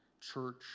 church